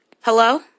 Hello